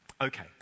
Okay